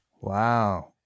Wow